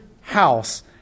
house